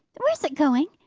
where is it going?